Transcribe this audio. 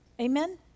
Amen